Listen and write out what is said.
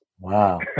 Wow